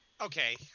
Okay